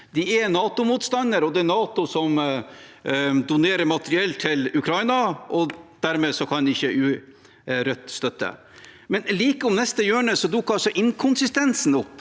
De er NATO-motstandere, og det er NATO som donerer materiell til Ukraina, og dermed kan ikke Rødt støtte det. Men like om neste hjørne dukker altså inkonsistensen opp.